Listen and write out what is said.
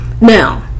Now